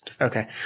okay